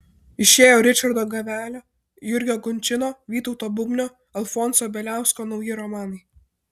išėjo ričardo gavelio jurgio kunčino vytauto bubnio alfonso bieliausko nauji romanai